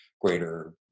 greater